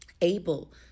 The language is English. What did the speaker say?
able